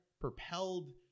propelled